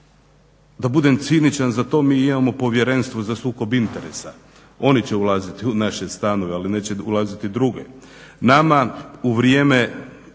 Da budem ciničan za to mi imamo Povjerenstvo za sukob interesa, oni će ulaziti u naše stanove ali neće ulaziti drugi. Nama u vrijeme